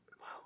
Wow